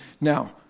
Now